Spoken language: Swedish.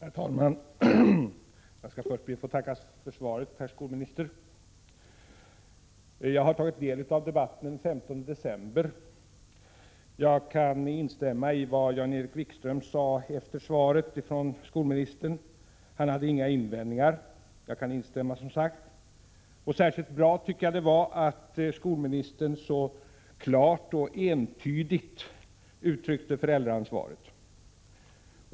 Herr talman! Jag skall först be att få tacka för svaret, herr skolminister. Jag har tagit del av debatten den 15 december förra året, och jag kan instämma i vad Jan-Erik Wikström sade efter svaret från skolministern. Han hade inga invändningar. Särskilt bra tycker jag det var att skolministern så klart och entydigt betonade föräldraansvaret.